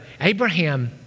Abraham